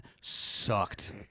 sucked